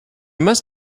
must